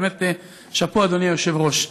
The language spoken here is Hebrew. באמת שאפו, אדוני היושב-ראש.